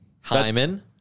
Hyman